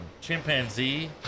chimpanzee